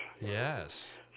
Yes